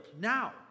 now